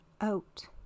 out